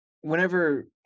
whenever